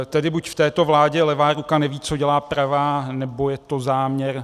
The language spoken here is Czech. Tedy buď v této vládě levá ruka neví, co dělá pravá, nebo je to záměr.